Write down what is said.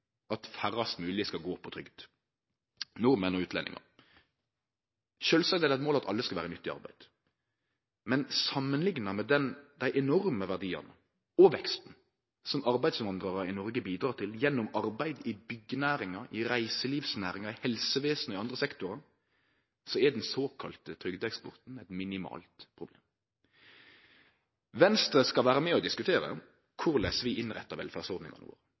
at færrast mogleg skal gå på trygd – nordmenn og utlendingar – og sjølvsagt er det eit mål at alle skal vere i nyttig arbeid, men samanlikna med dei enorme verdiane og veksten som arbeidsinnvandrarane i Noreg bidreg til gjennom arbeid i byggenæringa, reiselivsnæringa, helsevesenet og andre sektorar, er den såkalla trygdeeksporten eit minimalt problem. Venstre skal vere med og diskutere korleis vi innrettar velferdsordningane